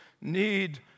need